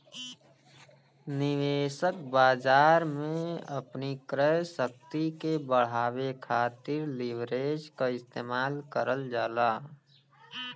निवेशक बाजार में अपनी क्रय शक्ति के बढ़ावे खातिर लीवरेज क इस्तेमाल करल जाला